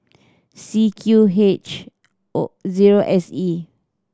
C Q H O zero S E